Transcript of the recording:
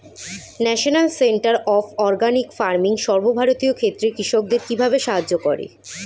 National centre of organic farming সর্বভারতীয় ক্ষেত্রে কৃষকদের কিভাবে সাহায্য করে?